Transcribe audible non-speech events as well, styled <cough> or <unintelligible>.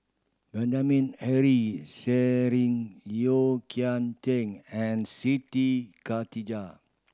Benjamin Henry <unintelligible> Yeo Kian <unintelligible> and Siti Khalijah